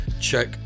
Check